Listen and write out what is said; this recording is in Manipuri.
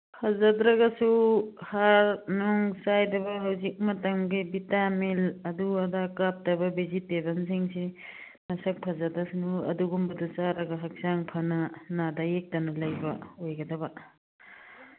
ꯐꯖꯗ꯭ꯔꯒꯁꯨ ꯍꯥꯔ ꯅꯨꯡ ꯆꯥꯏꯗꯕ ꯍꯧꯖꯤꯛ ꯃꯇꯝꯒꯤ ꯚꯤꯇꯥꯃꯤꯟ ꯑꯗꯨ ꯑꯗꯥ ꯀꯥꯞꯇꯕ ꯚꯤꯖꯤꯇꯦꯕꯜ ꯁꯤꯡꯁꯤ ꯃꯁꯛ ꯐꯖꯗꯁꯅꯨ ꯑꯗꯨꯒꯨꯝꯕꯗꯨ ꯆꯥꯔꯒ ꯍꯛꯆꯥꯡ ꯐꯅ ꯅꯥꯗ ꯌꯦꯛꯇꯕ ꯑꯣꯏꯅ ꯂꯩꯒꯗꯕ